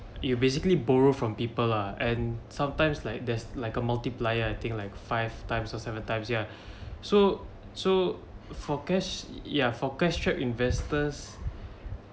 you basically borrow from people lah and sometimes like there's like a multiplier I think like five times or seven times ya so so for cash ya for cash-strapped investors